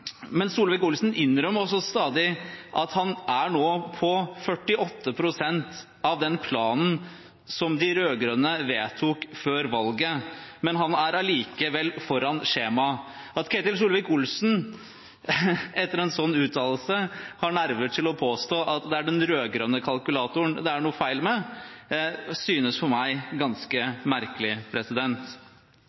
Men Solvik-Olsen innrømmer også stadig at han er nå på 48 pst. av den planen som de rød-grønne vedtok før valget, men han er allikevel foran skjema. At Ketil Solvik-Olsen etter en sånn uttalelse har nerver til å påstå at det er den rød-grønne kalkulatoren det er noe feil med, synes for meg ganske merkelig.